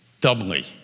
doubly